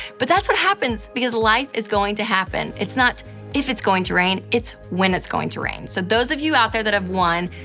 but that's what happens, because life is going to happen. it's not if it's going to rain. it's when it's going to rain. so, those of you out there that have won,